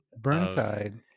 Burnside